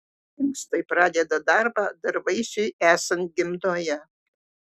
inkstai pradeda darbą dar vaisiui esant gimdoje